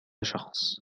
شخص